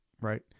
right